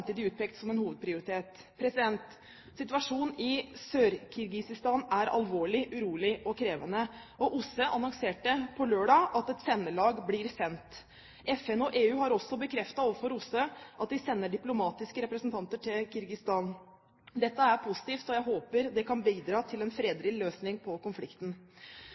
samtidig utpekt som en hovedprioritet. Situasjonen i Sør-Kirgisistan er alvorlig, urolig og krevende. OSSE annonserte lørdag at et sendelag blir sendt. FN og EU har også bekreftet overfor OSSE at de sender diplomatiske representanter til Kirgisistan. Dette er positivt, og jeg håper det kan bidra til en fredelig løsning på konflikten.